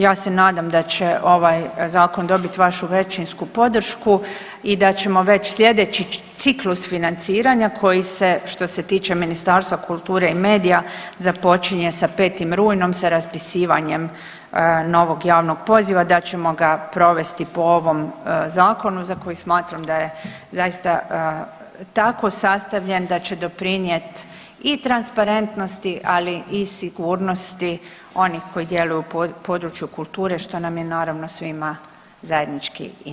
Ja se nadam da će ovaj zakon dobit vašu većinsku podršku i da ćemo već slijedeći ciklus financiranja koji se, što se tiče Ministarstva kulture i medija započinje sa 5. rujnom, sa raspisivanjem novog javnog poziva, da ćemo ga provesti po ovom zakonu za koji smatram da je zaista tako sastavljen da će doprinjet i transparentnosti, ali i sigurnosti onih koji djeluju u području kulture što nam je naravno svima zajednički interes, hvala.